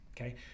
Okay